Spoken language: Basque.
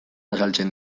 azaltzen